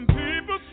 people